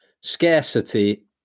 scarcity